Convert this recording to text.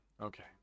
Okay